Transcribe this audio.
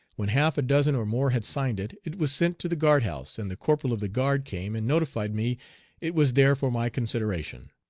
when half a dozen or more had signed it, it was sent to the guard house, and the corporal of the guard came and notified me it was there for my consideration.